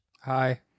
Hi